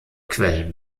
quellen